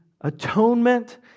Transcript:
atonement